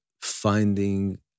finding